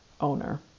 owner